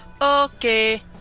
Okay